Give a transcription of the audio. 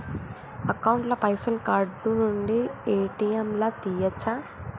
Account ల పైసల్ card నుండి ఏ.టి.ఎమ్ లా తియ్యచ్చా?